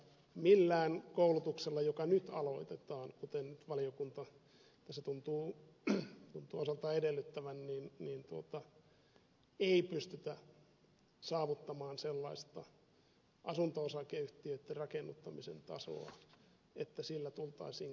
millään koulutuksella joka nyt aloitetaan kuten nyt valiokunta tässä tuntuu osaltaan edellyttävän ei pystytä saavuttamaan sellaista asunto osakeyhtiöitten rakennuttamisen tasoa että sillä tultaisiin kohtuudella selviämään